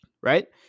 right